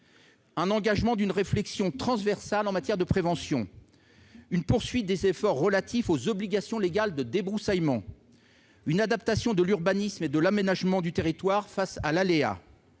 l'engagement d'une réflexion transversale en matière de prévention, la poursuite des efforts relatifs aux obligations légales de débroussaillement, l'adaptation de l'urbanisme et de l'aménagement du territoire face à l'aléa,